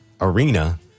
arena